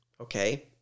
okay